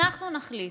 אנחנו נחליט.